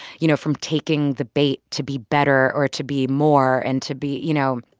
you know, from taking the bait to be better or to be more and to be you know?